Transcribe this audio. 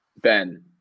Ben